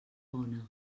bona